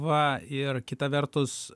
va ir kita vertus